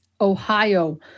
Ohio